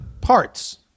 Parts